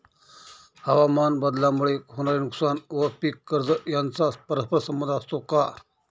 हवामानबदलामुळे होणारे नुकसान व पीक कर्ज यांचा परस्पर संबंध असतो का?